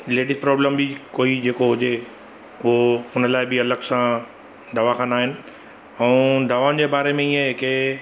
ladies problem बि कोई जेको हुजे को हुन लाइ बि अलॻि सां दवाखाना आहिनि ऐं दवाउनि जे बारे में ईअं आहे की